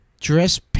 Dress